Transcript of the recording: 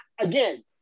again